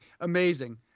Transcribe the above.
Amazing